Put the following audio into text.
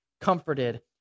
comforted